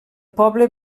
poble